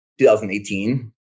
2018